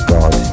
God